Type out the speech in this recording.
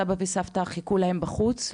סבא וסבתא חיכו להן בחוץ,